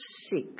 six